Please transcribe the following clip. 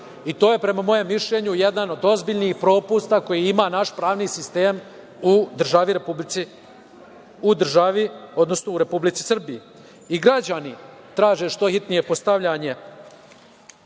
i to je prema mom mišljenju jedan od ozbiljnih propusta koji ima naš pravni sistem u Republici Srbiji. I građani traže što hitnije postavljanje